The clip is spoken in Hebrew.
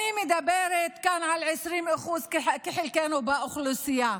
אני מדברת כאן על 20% כחלקנו באוכלוסייה,